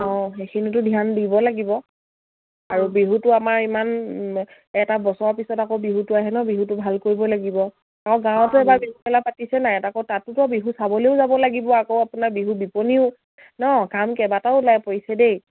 অঁ সেইখিনিতো ধ্যান দিব লাগিব আৰু বিহুটো আমাৰ ইমান এটা বছৰৰ পিছত আকৌ বিহুটো আহে ন বিহুটো ভাল কৰিব লাগিব গাঁৱতো এবাৰ বিহুমেলা পাতিছে নাই আকৌ তাতোতো বিহু চাবলেও যাব লাগিব আকৌ আপোনাৰ বিহু বিপণীও ন কাম কেইবাটাও ওলাই পৰিছে দেই